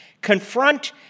confront